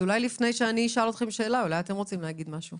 שמי נטע, אני מנהלת את מעון בית דפנה